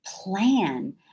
plan